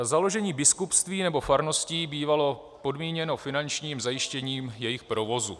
Založení biskupství nebo farností bývalo podmíněno finančním zajištěním jejich provozu.